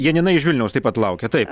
janina iš vilniaus taip pat laukia taip